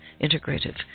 Integrative